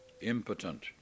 impotent